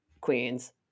Queens